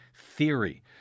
Theory